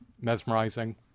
mesmerizing